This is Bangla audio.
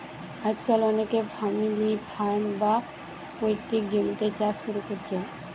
আজকাল অনেকে ফ্যামিলি ফার্ম, বা পৈতৃক জমিতে চাষ শুরু কোরছে